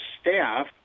staff